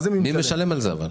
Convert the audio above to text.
אבל מי ישלם על זה בסוף?